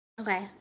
Okay